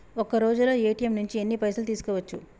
ఒక్కరోజులో ఏ.టి.ఎమ్ నుంచి ఎన్ని పైసలు తీసుకోవచ్చు?